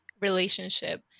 relationship